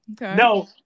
No